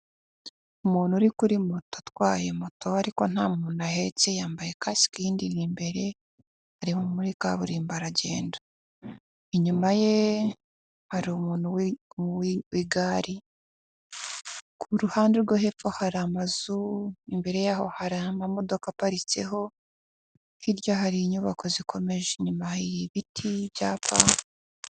Umuntu uri kuri moto utwaye moto ariko nta muntu ahetse yambaye kasike indi iri imbere ari muri kaburimbo aragenda inyuma ye hari umuntu w'ibigari, ku ruhande rwo hepfo hari amazu, imbere yaho hari amamodoka aparitseho hirya hari inyubako zikomeje, inyuma y'ibiti ibyapa.